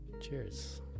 Cheers